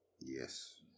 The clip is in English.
Yes